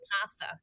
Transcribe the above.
pasta